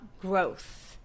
growth